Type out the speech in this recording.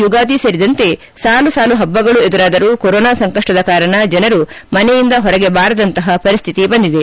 ಯುಗಾದಿ ಸೇರಿದಂತೆ ಸಾಲು ಸಾಲು ಹಬ್ಬಗಳು ಎದುರಾದರೂ ಕೊರೊನಾ ಸಂಕಪ್ಪದ ಕಾರಣ ಜನರು ಮನೆಯಿಂದ ಹೊರಗೆ ಬಾರದಂತಹ ಪರಿಸ್ಥಿತಿ ಬಂದಿದೆ